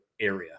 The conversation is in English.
area